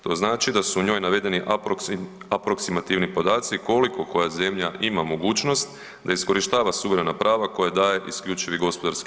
To znači da su u njoj navedeni aproksimativni podaci koliko koja zemlja ima mogućnost da iskorištava suverena prava koja daje IGP.